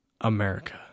America